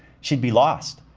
she'd be lost.